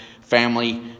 family